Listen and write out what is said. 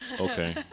Okay